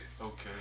Okay